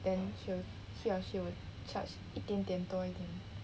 then she will he or she will charge 一点点多一点 I think